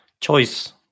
choice